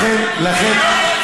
לכן,